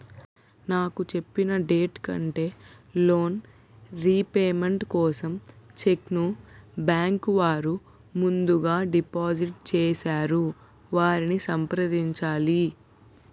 నాకు చెప్పిన డేట్ కంటే లోన్ రీపేమెంట్ కోసం చెక్ ను బ్యాంకు వారు ముందుగా డిపాజిట్ చేసారు ఎవరిని సంప్రదించాలి?